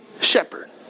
shepherd